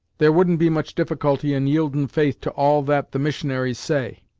there wouldn't be much difficulty in yieldin' faith to all that the missionaries say.